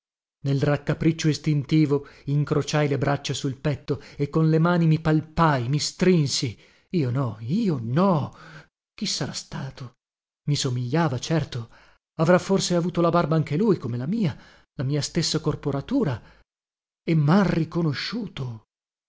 nel raccapriccio istintivo incrociai le braccia sul petto e con le mani mi palpai mi strinsi io no io no chi sarà stato mi somigliava certo avrà forse avuto la barba anche lui come la mia la mia stessa corporatura e mhan riconosciuto